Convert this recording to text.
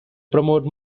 promote